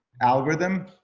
algorithm.